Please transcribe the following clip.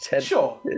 Sure